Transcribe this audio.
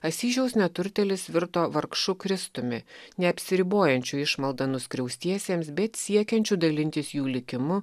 asyžiaus neturtėlis virto vargšu kristumi neapsiribojančiu išmaldą nuskriaustiesiems bet siekiančiu dalintis jų likimu